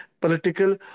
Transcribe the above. political